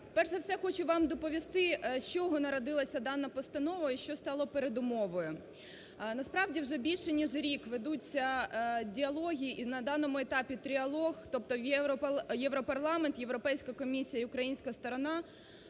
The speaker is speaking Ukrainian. Перш за все, хочу вам доповісти з чого народилася дана постанова і що стало передумовою. Насправді вже більше ніж рік ведуться діалоги і на даному етапі тріалог, тобто Європарламент, Європейська комісія і українська сторона,